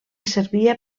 servia